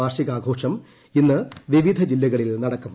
വാർഷികാഘോഷം ഇന്ന് വിവിധ ജില്ലകളിൽ നടക്കും